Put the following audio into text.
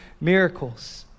Miracles